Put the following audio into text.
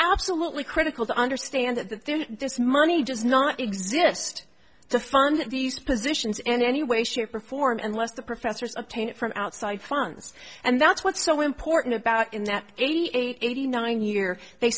absolutely critical to understand that this money does not exist to fund these positions and any way shape or form and less the professors obtain it from outside funds and that's what's so important about in that eighty eight eighty nine year they